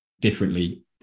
differently